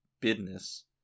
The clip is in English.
business